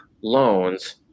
loans